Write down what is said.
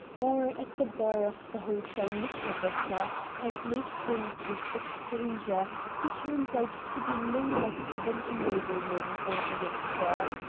or at the bar of the hotel knickerbocker has made friends with a stranger, who turns out to be no less than a nobleman or an actor.